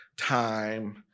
time